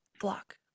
block